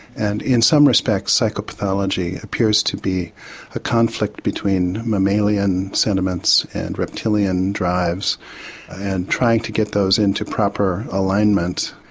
and in some respects psycho-pathology appears to be a conflict between mammalian sediments and reptilian drives and trying to get those into proper alignment,